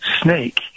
snake